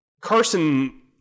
Carson